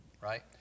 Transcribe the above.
right